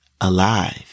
alive